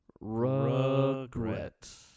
Regret